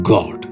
God